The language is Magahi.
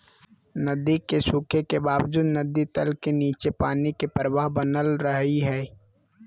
नदी के सूखे के बावजूद नदी तल के नीचे पानी के प्रवाह बनल रहइ हइ